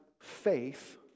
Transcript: faith